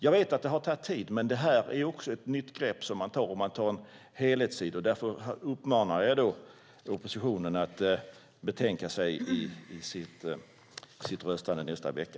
Jag vet att det har tagit tid, men det är ett nytt grepp, en helhetssyn. Därför uppmanar jag oppositionen att tänka sig för när man röstar nästa vecka.